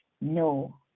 no